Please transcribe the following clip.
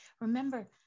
Remember